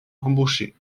embaucher